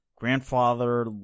grandfather